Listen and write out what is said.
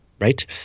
right